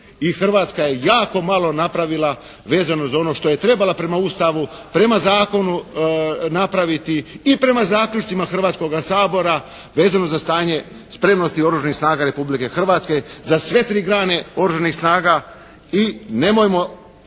Hrvatska je jako malo napravila vezano za ono što je trebala prema Ustavu, prema zakonu napraviti i prema zaključcima Hrvatskoga sabora vezano za stanje spremnosti oružanih snaga Republike Hrvatske za sve tri grane oružanih snaga i nemojmo